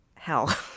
hell